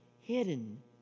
hidden